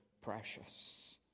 precious